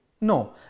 No